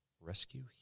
Rescue